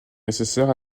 nécessaires